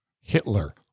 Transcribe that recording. Hitler